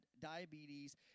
diabetes